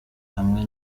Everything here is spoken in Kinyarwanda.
hamwe